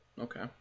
Okay